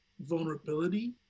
vulnerability